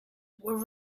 were